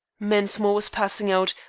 mensmore was passing out,